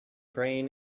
brain